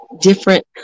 different